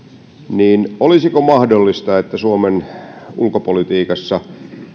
niin olisiko mahdollista että suomen ulkopolitiikassa